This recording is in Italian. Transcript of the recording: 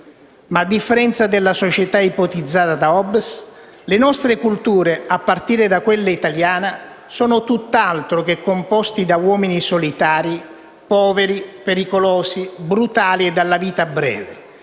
Ma a differenza della società ipotizzata da Hobbes, le nostre culture, a partire da quella italiana, sono tutt'altro che composte da uomini solitari, poveri, pericolosi, brutali e dalla vita breve,